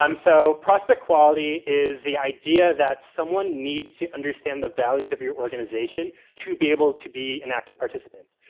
um so, prospect quality is the idea that someone needs to understand the values of your organization to be able to be an active participant.